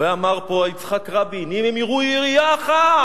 אמר פה יצחק רבין: אם הם יירו ירייה אחת,